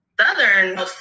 southern